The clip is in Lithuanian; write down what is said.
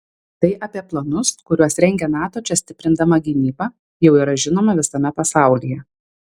tai apie planus kuriuos rengia nato čia stiprindama gynybą jau yra žinoma visame pasaulyje